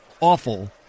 awful